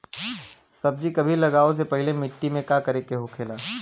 सब्जी कभी लगाओ से पहले मिट्टी के का करे के होखे ला?